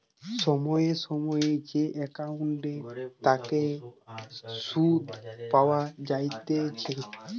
সময় সময় যে একাউন্টের তাকে সুধ পাওয়া যাইতেছে